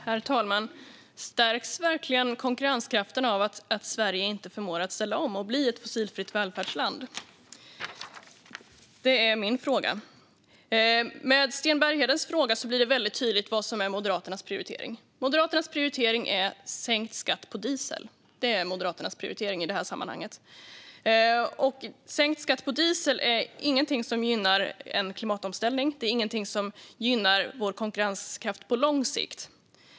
Herr talman! Stärks verkligen konkurrenskraften av att Sverige inte förmår ställa om och bli ett fossilfritt välfärdsland? Det är min fråga. Med Sten Berghedens fråga blir det mycket tydligt vad som är Moderaternas prioritering. Moderaternas prioritering i detta sammanhang är sänkt skatt på diesel. Sänkt skatt på diesel är ingenting som gynnar en klimatomställning. Det är ingenting som gynnar vår konkurrenskraft på lång sikt.